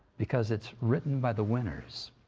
because it's written by the winners,